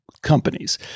companies